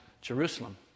Jerusalem